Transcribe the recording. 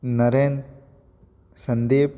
Narendra Sandeep